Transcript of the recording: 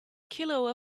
kilo